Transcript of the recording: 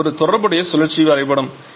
இது ஒரு தொடர்புடைய சுழற்சி வரைபடம்